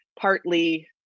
partly